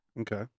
Okay